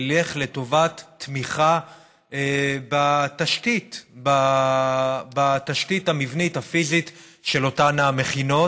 ילך לטובת תמיכה בתשתית המבנית הפיזית של אותן המכינות.